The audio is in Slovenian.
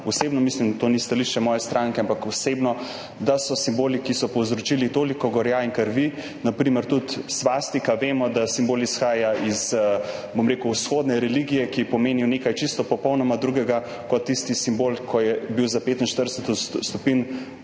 osebno mislim, to ni stališče moje stranke, ampak osebno, da so simboli, ki so povzročili toliko gorja in krvi, na primer tudi svastika – vemo, da simbol izhaja iz vzhodne religije, kjer je pomenil nekaj popolnoma drugega kot tisti simbol, ki je bil za 45 stopinj